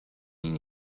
این